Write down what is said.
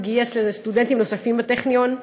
וגייס לזה סטודנטים נוספים בטכניון.